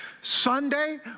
Sunday